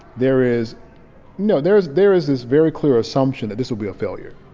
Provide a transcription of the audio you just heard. there is know, there is there is this very clear assumption that this will be a failure.